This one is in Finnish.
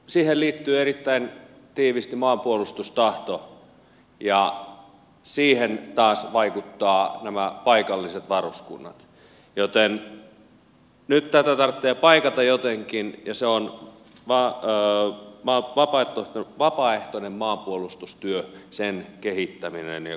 siihen liittyy erittäin tiiviisti maanpuolustustahto ja siihen taas vaikuttavat nämä paikalliset varuskunnat joten nyt tätä tarvitsee paikata jotenkin ja se on vapaaehtoinen maanpuolustustyö sen kehittäminen ja kannustaminen